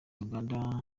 uganda